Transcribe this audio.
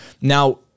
Now